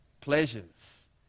pleasures